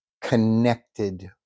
connected